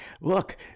look